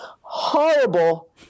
horrible